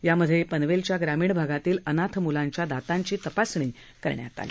यामध्ये पनवेलच्या ग्रामीण भागातील अनाथ म्लांच्या दातांची तपासणी करण्यात आली